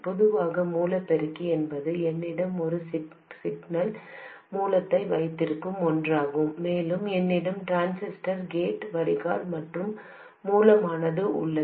பொதுவான மூல பெருக்கி என்பது என்னிடம் ஒரு சிக்னல் மூலத்தை வைத்திருக்கும் ஒன்றாகும் மேலும் என்னிடம் டிரான்சிஸ்டர் கேட் வடிகால் மற்றும் மூலமும் உள்ளது